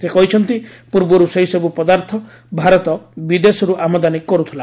ସେ କହିଛନ୍ତି ପୂର୍ବରୁ ସେହିସବୁ ପଦାର୍ଥ ଭାରତ ବିଦେଶରୁ ଆମଦାନୀ କରୁଥିଲା